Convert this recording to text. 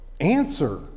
answer